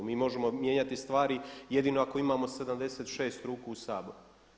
Mi možemo mijenjati stvari jedino ako imamo 76 ruku u Saboru.